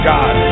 God